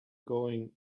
going